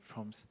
from